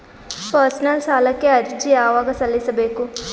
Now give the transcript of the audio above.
Personal ಸಾಲಕ್ಕೆ ಅರ್ಜಿ ಯವಾಗ ಸಲ್ಲಿಸಬೇಕು?